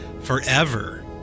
forever